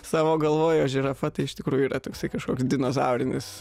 savo galvoje o žirafa tai iš tikrųjų yra toksai kažkoks dinozaurinis